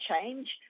change